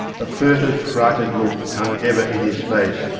a furtive frighted look hung ever in his face,